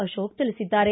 ಅಶೋಕ್ ತಿಳಿಸಿದ್ದಾರೆ